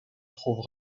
trop